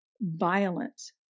violence